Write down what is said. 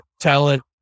talent